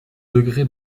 degré